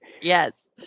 Yes